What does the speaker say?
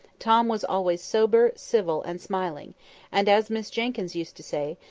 tom was always sober, civil, and smiling and, as miss jenkyns used to say,